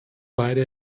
beide